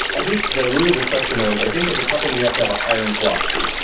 i think the root of this question though is i think as a company you have to have a hiring philosophy,